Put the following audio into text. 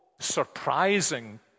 surprising